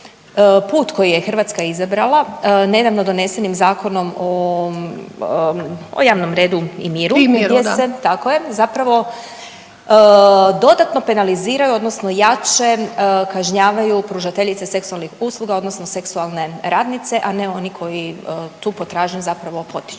put koji je Hrvatska izabrala nedavno donesenim Zakonom o javnom redu i miru …/Upadica Ljubičić: I miru, da./… gdje se tako je zapravo dodatno penaliziraju odnosno jače kažnjavaju pružateljice seksualnih usluga odnosno seksualne radnice, a ne oni koji tu potražnju zapravo potiču